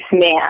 man